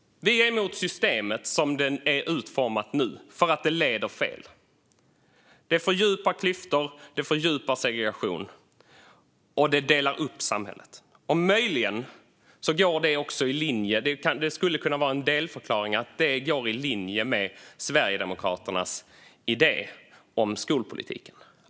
Vi är emot systemet som det är utformat nu, för att det leder fel. Det fördjupar klyftor, det fördjupar segregation och det delar upp samhället. Möjligen går det i linje med Sverigedemokraternas idé om skolpolitik; det skulle kunna vara en delförklaring.